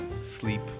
sleep